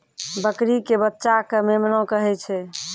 बकरी के बच्चा कॅ मेमना कहै छै